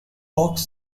box